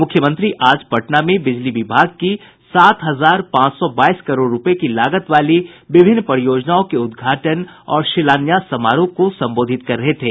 मुख्यमंत्री आज पटना में बिजली विभाग की सात हजार पांच सौ बाईस करोड़ रुपये की लागत वाली विभिन्न परियोजनाओं के उद्घाटन और शिलान्यास समारोह को संबोधित कर रहे थे